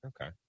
Okay